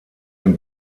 den